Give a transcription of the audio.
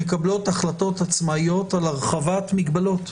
מקבלות החלטות עצמאיות על הרחבת מגבלות.